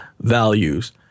values